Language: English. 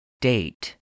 Date